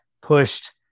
pushed